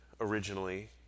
originally